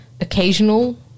occasional